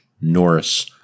Norris